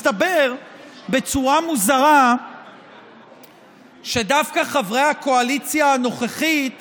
מסתבר בצורה מוזרה שדווקא חברי הקואליציה הנוכחית